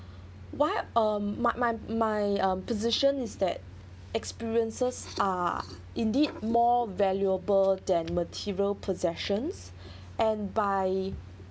what um my my my um position is that experiences are indeed more valuable than material possessions and by